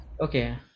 Okay